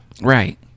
Right